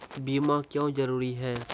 बीमा क्यों जरूरी हैं?